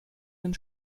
den